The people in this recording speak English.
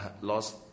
Lost